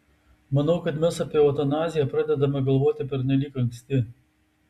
manau kad mes apie eutanaziją pradedame galvoti pernelyg anksti